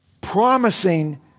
promising